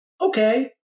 Okay